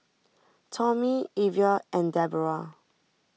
Tommy Evia and Deborrah